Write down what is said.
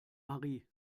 marie